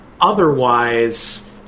otherwise